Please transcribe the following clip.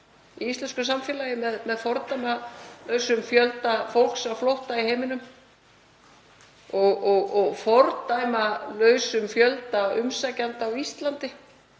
í íslensku samfélagi með fordæmalausum fjölda fólks á flótta í heiminum og fordæmalausum fjölda umsækjenda á Íslandi,